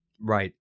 Right